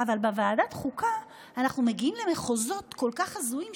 אבל בוועדת החוקה אנחנו מגיעים למחוזות כל כך הזויים,